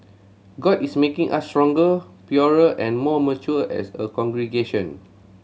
God is making us stronger purer and more mature as a congregation